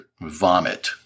vomit